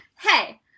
hey